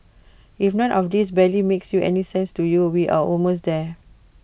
if none of this barely makes any sense to you we're almost there